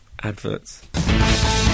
adverts